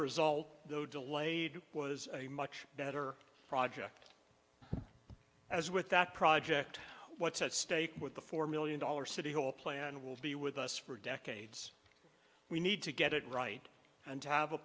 result though delayed was a much better project as with that project what's at stake with the four million dollars city hall plan will be with us for decades we need to get it right and to have a